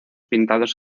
pintados